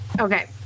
Okay